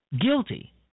guilty